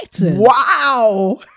Wow